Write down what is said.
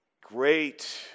great